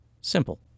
Simple